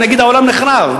נגיד שהעולם נחרב,